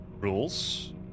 rules